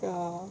ya